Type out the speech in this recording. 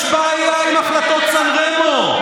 יש בעיה עם החלטות סן רמו?